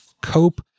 cope